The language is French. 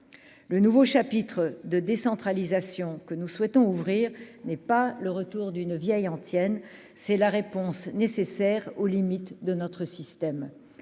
le nouveau chapitre de décentralisation que nous souhaitons ouvrir n'est pas le retour d'une vieille antienne : c'est la réponse nécessaire aux limites de notre système,